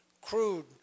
crude